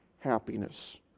happiness